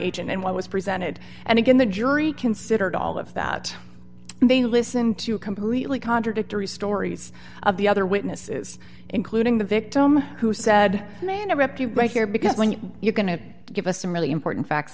agent and what was presented and again the jury considered all of that and they listened to a completely contradictory stories of the other witnesses including the victim who said may interrupt you right here because when you're going to give us some really important facts